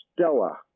Stella